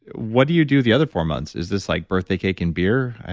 what do you do the other four months? is this like birthday cake and beer?